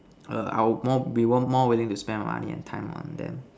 err I will more be more more willing to spend money and time on them